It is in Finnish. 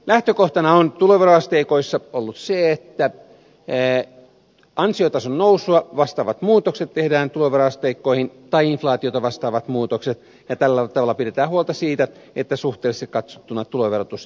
lähtökohtana on tuloveroasteikoissa ollut se että tehdään tuloveroasteikkoihin ansiotason nousua vastaavat muutokset tai inflaatiota vastaavat muutokset ja tällä tavalla pidetään huolta siitä että suhteellisesti katsottuna tuloverotus ei kiristy